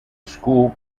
school